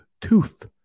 tooth